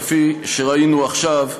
כפי שראינו עכשיו,